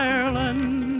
Ireland